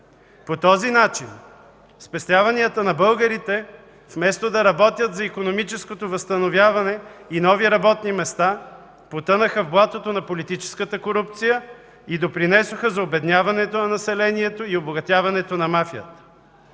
По този начин спестяванията на българите, вместо да работят за икономическото възстановяване и нови работни места, потънаха в блатото на политическата корупция и допринесоха за обедняването на населението и обогатяването на мафията.